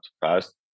fast